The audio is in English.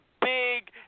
big